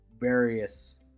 various